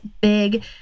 big